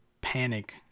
panic